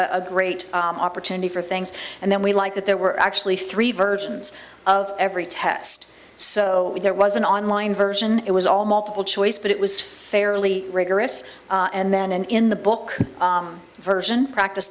a great opportunity for things and then we like that there were actually three versions of every test so there was an online version it was all multiple choice but it was fairly rigorous and then in the book version practice